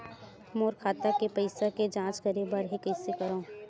मोर खाता के पईसा के जांच करे बर हे, कइसे करंव?